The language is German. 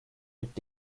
mit